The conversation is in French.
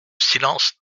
silence